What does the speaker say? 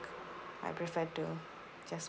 I prefer to just